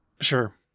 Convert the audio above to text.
Sure